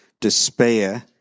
despair